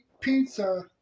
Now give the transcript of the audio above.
pizza